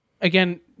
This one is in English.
Again